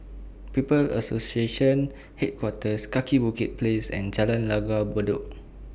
People's Association Headquarters Kaki Bukit Place and Jalan Langgar Bedok